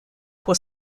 pour